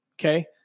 Okay